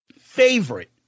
favorite